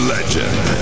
Legend